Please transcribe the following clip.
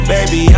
Baby